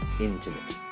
Intimate